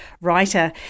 writer